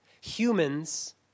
humans